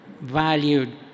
valued